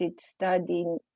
studying